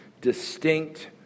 distinct